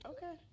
Okay